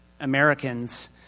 Americans